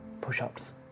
push-ups